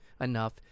enough